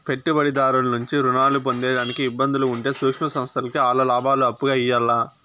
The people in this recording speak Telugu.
పెట్టుబడిదారుల నుంచి రుణాలు పొందేదానికి ఇబ్బందులు ఉంటే సూక్ష్మ సంస్థల్కి ఆల్ల లాబాలు అప్పుగా ఇయ్యాల్ల